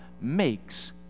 makes